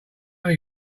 only